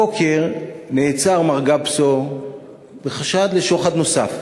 הבוקר נעצר מר גפסו בחשד לשוחד נוסף.